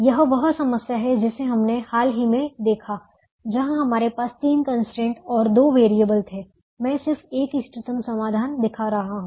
यह वह समस्या है जिसे हमने हाल ही में देखा जहां हमारे पास तीन कंस्ट्रेंट और दो वेरिएबल थे मैं सिर्फ एक इष्टतम समाधान दिखा रहा हूं